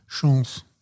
Chance